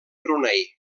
brunei